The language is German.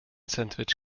sandwich